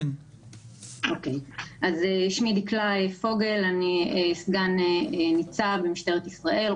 אני סגן ניצב במשטרת ישראל,